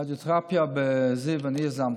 את הרדיותרפיה בזיו אני יזמתי,